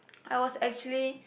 I was actually